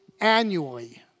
annually